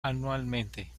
anualmente